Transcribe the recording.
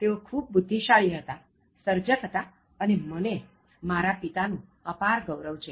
તેઓ ખૂબ બુદ્ધિશાળી હતા સર્જક હતા અને મને મારા પિતા નું ખૂબ ગૌરવ છે